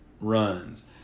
runs